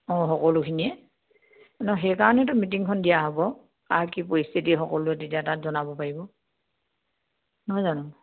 অঁ সকলোখিনিয়ে সেইকাৰণেটো মিটিংখন দিয়া হ'ব কাৰ কি পৰিস্থিতি সকলোৱে তেতিয়া তাত জনাব পাৰিব নহয় জানো